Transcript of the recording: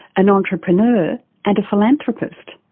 an entrepreneur and a philanthropist.